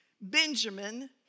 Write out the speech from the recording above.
Benjamin